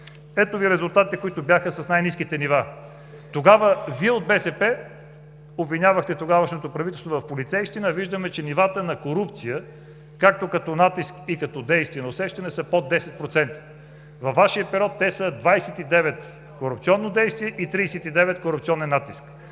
ето Ви резултатите, които бяха с най-ниските нива. (Показва графика.) Тогава Вие от БСП обвинявахте тогавашното правителство в полицейщина, а виждаме, че нивата на корупция както като натиск и като действие на усещане са под 10%. Във Вашия период те са 29 – корупционно действие, и 39 – корупционен натиск.